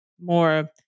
more